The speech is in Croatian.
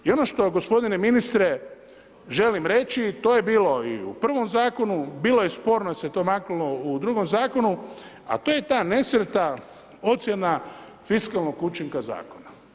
I ono što, gospodine ministre želim reći, to je bilo i u prvom Zakonu, bilo je sporno al se to maknulo u drugom Zakonu, a to je ta nesretna ocjena fiskalnog učinka Zakona.